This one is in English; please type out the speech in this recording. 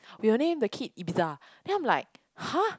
we will name the kid Ibiza then I'm like !huh!